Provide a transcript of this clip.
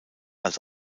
als